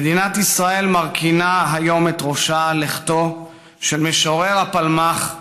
מדינת ישראל מרכינה היום את ראשה על לכתו של משורר הפלמ"ח,